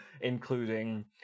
including